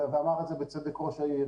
ואמר את זה בצדק ראש העיר.